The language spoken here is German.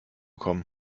kommen